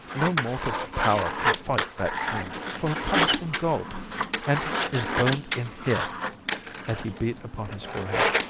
no mortal power can fight that dream, for it comes from god and is burned in here and he beat upon his forehead.